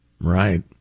Right